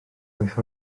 wyth